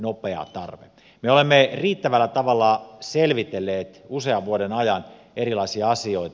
me olemme riittävällä tavalla selvitelleet usean vuoden ajan erilaisia asioita